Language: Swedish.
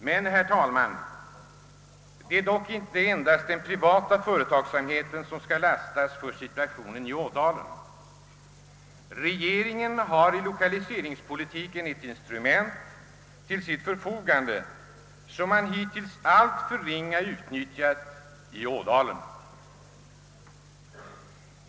Men, herr talman, det är dock inte endast den privata företagsamheten som skall lastas för situationen i Ådalen. Regeringen har i lokaliseringspolitiken ett instrument till sitt förfogande som man hittills i alltför ringa grad utnyttjat i bl.a. Ådalen.